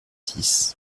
six